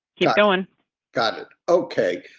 going got it. okay.